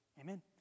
amen